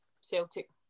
Celtic